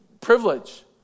privilege